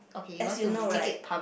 as you know right